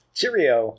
Cheerio